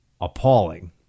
appalling